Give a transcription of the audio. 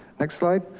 next slide.